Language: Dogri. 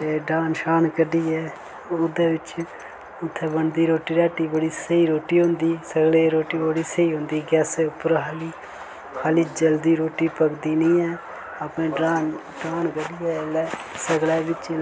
ते ड्हान शान कड्ढियै ओह्दे बिच्च उत्थै बनदी रोटी राटी बड़ी स्हेई रुट्टी हुंदी सगले दी रोटी बड़ी स्हेई होंदी गैसे उप्पर खाली खाली जल्दी रोटी पकदी नी ऐ अपने ड्हान डान कड्ढियै जेल्लै सगले बिच्च